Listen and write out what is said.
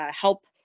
help